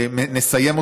נסיים אותו,